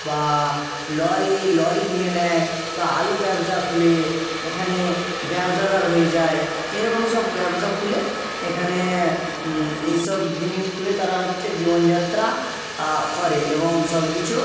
বা lorry lorry কিনে নেয় বা আলু ব্যবসা খুলে এখানে ব্যবসাদার হয়ে যায় এরকম সব ব্যবসা খুলে এখানে এই সব জিনিস খুলে তারা হচ্ছে জীবনযাত্রা করে এবং সব কিছু